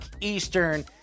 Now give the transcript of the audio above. Eastern